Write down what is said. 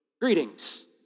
Greetings